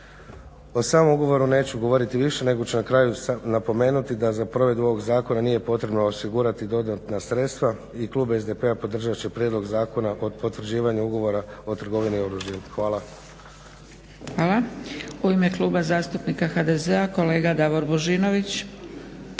O samom ugovoru neću govoriti više, nego ću na kraju napomenuti da za provedbu ovog zakona nije potrebno osigurati dodatna sredstva i klub SDP-a podržat će Prijedlog Zakona o potvrđivanju ugovora o trgovini oružjem. Hvala. **Zgrebec, Dragica (SDP)** Hvala. U ime Kluba zastupnika HDZ-a kolega Davor Božinović.